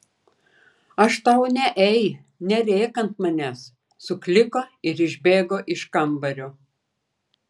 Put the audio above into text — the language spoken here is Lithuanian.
aš tau ne ei nerėk ant manęs sukliko ir išbėgo iš kambario